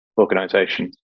organizations